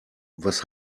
was